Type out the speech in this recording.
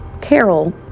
Carol